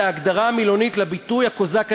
זה ההגדרה המילונית לביטוי הקוזק הנגזל.